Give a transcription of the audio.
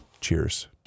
cheers